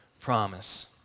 promise